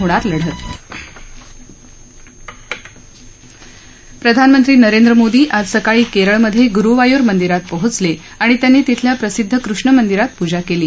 होणार लढत प्रधानमंत्री नरेंद्र मोदी आज सकाळी केरळमध्ये गुरूवायूर मंदिरात पोहोचले आणि त्यांनी तिथल्या प्रसिद्ध कृष्ण मंदिरात पुजा केली